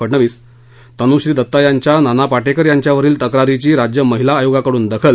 फडणवीस तनुश्री दत्ता यांच्या नाना पाटेकर यांच्यावरील तक्रारीची राज्य महिला आयोगाकडून दखल